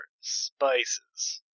Spices